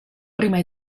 prima